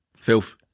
Filth